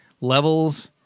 levels